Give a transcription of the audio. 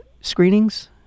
screenings